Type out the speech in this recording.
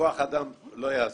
עוד כוח אדם לא יעזור.